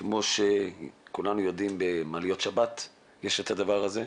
כמו שכולנו יודעים במעליות שבת יש את הדבר הזה.